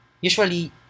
usually